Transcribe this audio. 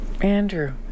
Andrew